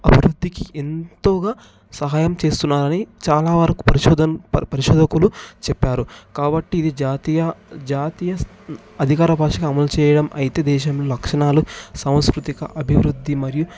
అభివృద్ధికి ఎంతగా సహాయం చేస్తున్నారు అని చాలా వరకు పరిశోధన పరిశోధకులు చెప్పారు కాబట్టి ఇది జాతీయ జాతీయ అధికార భాషగా అమలు చేయడం అయితే దేశం లక్షణాలు సాంస్కృతిక అభివృద్ధి మరియు